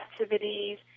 activities